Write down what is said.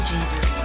Jesus